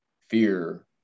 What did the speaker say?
fear